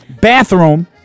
Bathroom